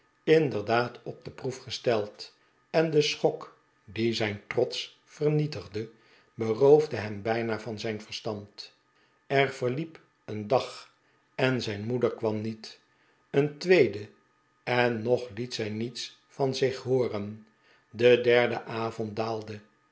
inderdaad op de proef gesteld en de schok die zijn trots vernietigde beroofde hem bijna van zijn verstand er verliep een dag en zijn moeder kwam niet een tweede en nog liet zij niets van zich hooren de derde avond daalde